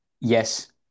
Yes